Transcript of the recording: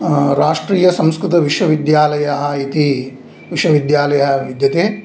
राष्ट्रीयसंस्कृतविश्वविद्यालयः इति विश्वविद्यालयः विद्यते